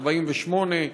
ב-1948,